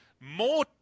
more